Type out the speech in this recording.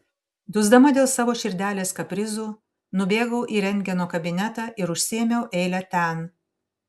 dusdama dėl savo širdelės kaprizų nubėgau į rentgeno kabinetą ir užsiėmiau eilę ten